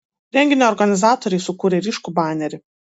renginio organizatoriai sukūrė ryškų banerį